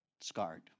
scarred